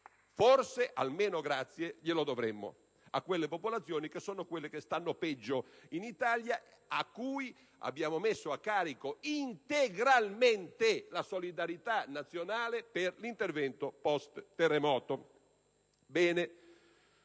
Forse almeno un grazie glielo dovremmo a quelle popolazioni, che sono quelle che stanno peggio in Italia ed alle quali abbiamo messo a carico integralmente la solidarietà nazionale per l'intervento post‑terremoto.